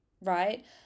right